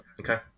Okay